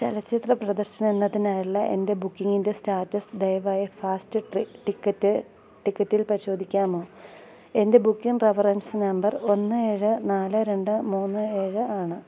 ചലച്ചിത്ര പ്രദർശനം എന്നതിനായുള്ള എൻ്റെ ബുക്കിംഗിൻ്റെ സ്റ്റാറ്റസ് ദയവായി ഫാസ്റ്റ് ടിക്കറ്റ് ടിക്കറ്റിൽ പരിശോധിക്കാമോ എൻ്റെ ബുക്കിംഗ് റഫറൻസ് നമ്പർ ഒന്ന് ഏഴ് നാല് രണ്ട് മൂന്ന് ഏഴ് ആണ്